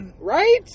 Right